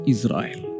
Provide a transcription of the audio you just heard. Israel